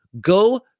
go